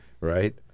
right